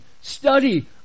study